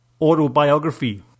autobiography